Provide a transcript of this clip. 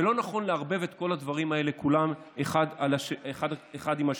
ולא נכון לערבב את הדברים האלה כולם אחד עם השני.